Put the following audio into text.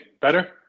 better